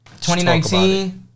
2019